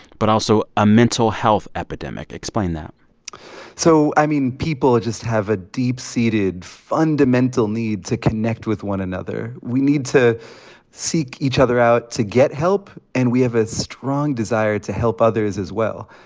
but also a mental health epidemic. explain that so, i mean, people just have a deep-seated, fundamental need to connect with one another. we need to seek each other out to get help. and we have a strong desire to help others, as well.